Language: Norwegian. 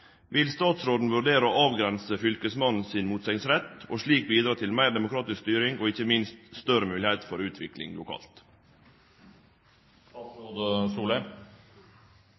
Vil statsråden vurdere å avgrense fylkesmannen sin motsegnsrett, og slik bidra til meir demokratisk styring og ikkje minst større moglegheit for utvikling lokalt?»